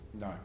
No